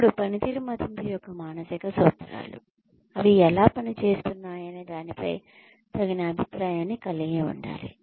ఇప్పుడు పనితీరు మదింపు యొక్క మానసిక సూత్రాలు అవి ఎలా పని చేస్తున్నాయనే దానిపై తగిన అభిప్రాయాన్ని కలిగి ఉండాలి